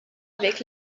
avec